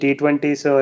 T20s